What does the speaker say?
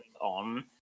on